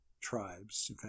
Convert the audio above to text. tribes